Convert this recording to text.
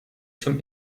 zum